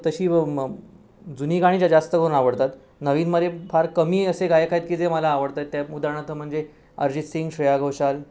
तशी ब म् जुनी गाणी जा जास्त करून आवडतात नवीनमध्ये फार कमी असे गायक आहेत की जे मला आवडतात ते उदाहरणार्थ म्हणजे अरिजीतसिंग श्रेया घोषाल